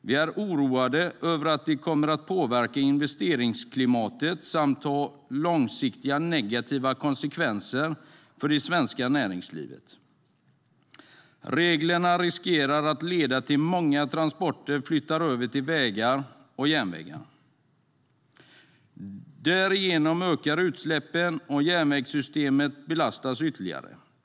Vi är oroade över att det kommer att påverka investeringsklimatet samt ha långsiktiga negativa konsekvenser för det svenska näringslivet. Reglerna riskerar att leda till att många transporter flyttas över till vägarna och järnvägarna. Därigenom ökar utsläppen och järnvägssystemet belastas ytterligare.